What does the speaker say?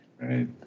Right